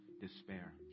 despair